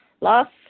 last